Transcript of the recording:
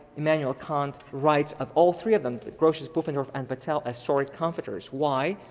immanuel kant writes of all three of them, grotius, pufendorf and vattel as sorry comforters, why?